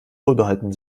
wohlbehalten